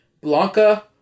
Blanca